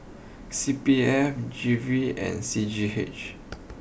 C P F G V and C G H